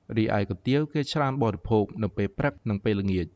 រីឯគុយទាវ គេច្រើនបរិភោគទាំងពេលព្រឹក និងពេលល្ងាច។